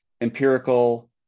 empirical